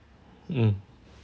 mm